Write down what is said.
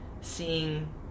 seeing